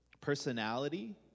personality